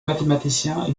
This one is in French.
mathématiciens